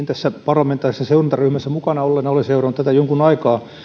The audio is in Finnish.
tässä parlamentaarisessa seurantaryhmässä mukana olleena olen seurannut tätä jonkun aikaa